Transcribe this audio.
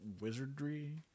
wizardry